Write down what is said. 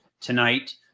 tonight